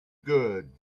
good